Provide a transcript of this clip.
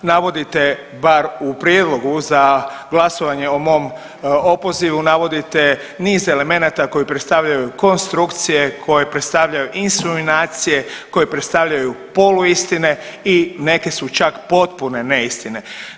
Navodite bar u prijedlogu za glasovanje o mom opozivu navodite niz elemenata koji predstavljaju konstrukcije, koje predstavljaju insinuacije, koji predstavljaju poluistine i neke su čak potpune neistine.